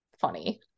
funny